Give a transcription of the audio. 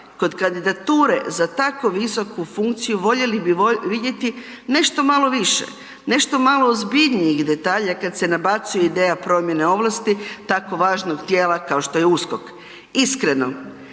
kod kandidature za tako visoku funkciju voljeli bi vidjeti nešto malo više, nešto malo ozbiljnijih detalja kad se nabacuje ideja promjene ovlasti tako važnog tijela kao što je USKOK. Iskreno,